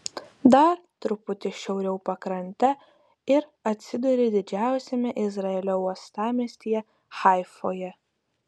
dar truputį šiauriau pakrante ir atsiduri didžiausiame izraelio uostamiestyje haifoje